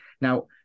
Now